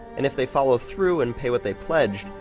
and if they follow through and pay what they pledged,